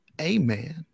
amen